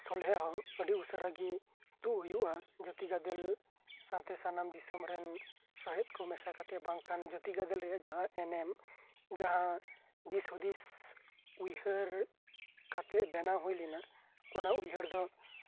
ᱥᱚᱞᱦᱮ ᱦᱚᱸ ᱟᱹᱰᱤ ᱩᱥᱟᱹᱨᱮ ᱜᱮ ᱛᱳᱫ ᱦᱳᱭᱳᱜᱼᱟ ᱡᱟᱛᱮ ᱡᱟᱛᱤ ᱜᱟᱫᱮᱞ ᱥᱟᱶᱛᱮ ᱥᱟᱱᱟᱢ ᱫᱤᱥᱚᱢ ᱨᱮᱱ ᱥᱚᱦᱮᱫ ᱠᱚ ᱢᱮᱥᱟ ᱠᱟᱛᱮ ᱵᱟᱝᱠᱷᱟᱱ ᱡᱟᱛᱤ ᱜᱟᱫᱮᱞ ᱨᱮᱱᱟᱜ ᱡᱟᱦᱟᱸ ᱮᱱᱮᱢ ᱡᱟᱦᱟᱸ ᱫᱤᱥᱦᱩᱫᱤᱥ ᱩᱭᱦᱟᱹᱨ ᱠᱟᱛᱮ ᱵᱮᱱᱟᱣ ᱦᱩᱭ ᱞᱮᱱᱟ ᱚᱱᱟ ᱩᱭᱦᱟᱹᱨ ᱫᱚ